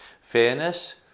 Fairness